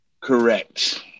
Correct